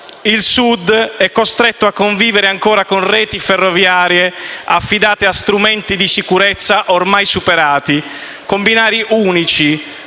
il Sud è costretto a convivere ancora con reti ferroviarie affidate a strumenti di sicurezza ormai superati, con binari unici,